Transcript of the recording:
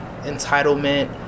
entitlement